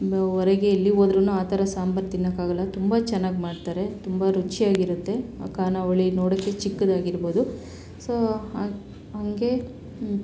ಹೊರಗೆ ಎಲ್ಲಿ ಹೋದ್ರು ಆ ಥರ ಸಾಂಬಾರು ತಿನ್ನೋಕ್ಕಾಗಲ್ಲ ತುಂಬ ಚೆನ್ನಾಗಿ ಮಾಡ್ತಾರೆ ತುಂಬ ರುಚಿಯಾಗಿರುತ್ತೆ ಆ ಖಾನಾವಳಿ ನೋಡೋಕ್ಕೆ ಚಿಕ್ಕದಾಗಿರ್ಬೋದು ಸೊ ಹಾಗೆ